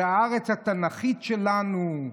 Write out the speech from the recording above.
זו הארץ התנ"כית שלנו,